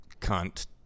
cunt